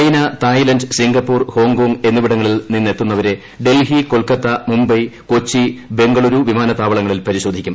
China Thailand Singapore Hong Kong എന്നിവിടങ്ങളിൽ നിന്നെത്തുന്നവരെ ഡൽഹി കൊൽക്കത്ത മുംബൈ കൊച്ചി ബംഗളൂരു വിമാനത്താവളങ്ങളിൽ പരിശോധിക്കും